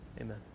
Amen